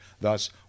Thus